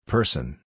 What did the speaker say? Person